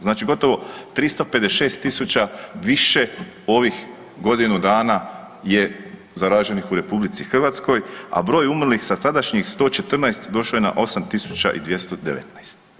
Znači gotovo 356.000 više ovih godinu dana je zaraženih u RH, a broj umrlih sa sadašnjih 114 došao je na 8219.